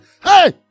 hey